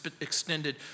extended